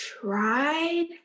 tried